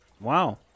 Wow